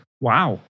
Wow